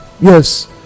Yes